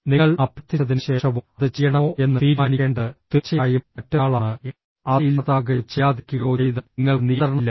നിങ്ങൾ അഭ്യർത്ഥിച്ചതിനുശേഷവും അത് ചെയ്യണമോ എന്ന് തീരുമാനിക്കേണ്ടത് തീർച്ചയായും മറ്റൊരാളാണ് അത് ഇല്ലാതാക്കുകയോ ചെയ്യാതിരിക്കുകയോ ചെയ്താൽ നിങ്ങൾക്ക് നിയന്ത്രണമില്ല